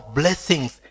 blessings